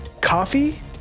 Coffee